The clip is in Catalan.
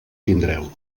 tindreu